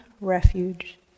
refuge